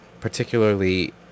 particularly